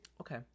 Okay